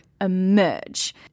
emerge